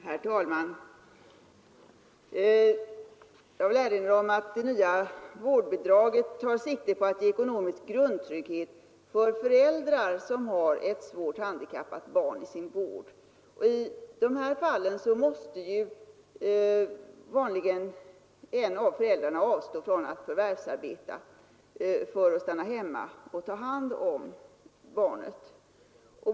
Herr talman! Jag vill erinra om att det nya vårdbidraget tar sikte på att ge ekonomisk grundtrygghet för föräldrar som har ett svårt handikappat barn i sin vård. I sådana fall måste vanligen en av föräldrarna avstå från förvärvsarbete för att stanna hemma och ta hand om barnet.